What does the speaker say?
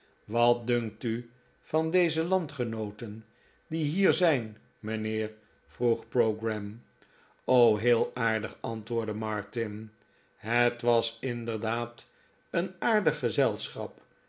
wat dunkt u van onzejandgenooten die hier zijn mijnheer vroeg pogram heel aardig antwoordde martin het was inderdaad een aardig gezelschap